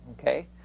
Okay